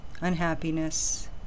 unhappiness